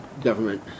government